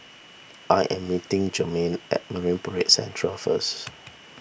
I am meeting Jermaine at Marine Parade Central first